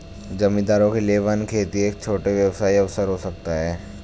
जमींदारों के लिए वन खेती एक छोटा व्यवसाय अवसर हो सकता है